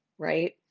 Right